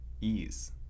ease